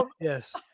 Yes